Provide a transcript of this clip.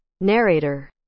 Narrator